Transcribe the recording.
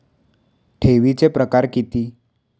ठेवीचे प्रकार किती?